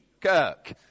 Kirk